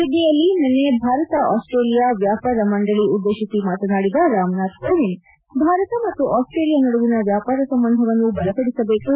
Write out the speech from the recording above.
ಸಿಡ್ಡಿಯಲ್ಲಿ ನಿನ್ನೆ ಭಾರತ ಆಸ್ಟ್ರೇಲಿಯಾ ವ್ಯಾಪಾರ ಮಂಡಳಿ ಉದ್ದೇಶಿಸಿ ಮಾತನಾಡಿದ ರಾಮನಾಥ್ ಕೋವಿಂದ್ ಭಾರತ ಮತ್ತು ಆಸ್ತೋಲಿಯಾ ನಡುವಿನ ವ್ಯಾಪಾರ ಸಂಬಂಧವನ್ನು ಬಲಪಡಿಸಬೇಕು